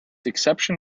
exception